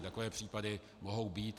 Takové případy mohou být.